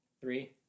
Three